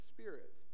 Spirit